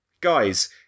guys